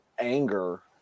Anger